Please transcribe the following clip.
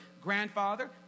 grandfather